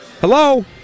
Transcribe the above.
Hello